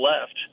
left